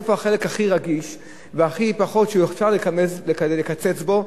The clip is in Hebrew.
איפה החלק הכי רגיש והכי פחות, שאפשר לקצץ בו?